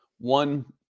one